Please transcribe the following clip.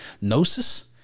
gnosis